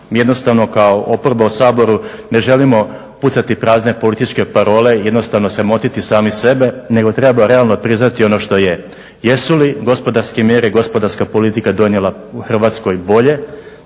jednostavno kao oporba u Saboru ne želimo pucati prazne političke parole i jednostavno sramotiti sami sebe nego treba realno priznati ono što je. jesu li gospodarske mjere i gospodarska politika donijela Hrvatskoj bolje,